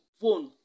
phone